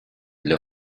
для